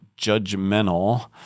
judgmental